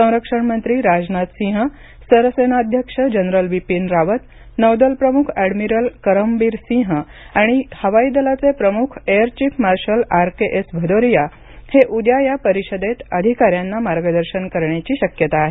संरक्षण मंत्री राजनाथ सिंह सरसेनाध्यक्ष जनरल बिपीन रावत नौदल प्रमुख एडमिरल करमबिर सिंह आणि हवाई दलाचे प्रमुख air chief marshal R K S Bhadauria हे उद्या या परिषदेत अधिकाऱ्यांना मार्गदर्शन करण्याची शक्यता आहे